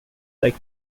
like